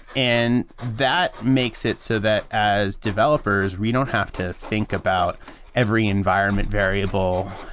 and that makes it so that as developers, we don't have to think about every environment variable,